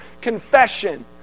confession